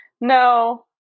no